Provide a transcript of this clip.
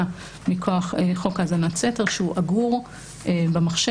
מכוח חוק האזנת סתר שהוא אגור במחשב.